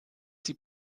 sie